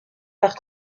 par